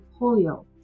polio